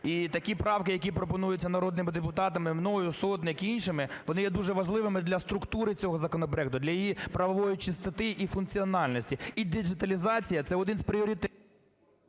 і такі правки, які пропонуються народними депутатами, мною, Сотник, іншими, вони є дуже важливими для структури цього законопроекту, для її правової чистоти і функціональності. І деталізація – це один з пріоритетів…